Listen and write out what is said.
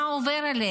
מה עובר עליהם?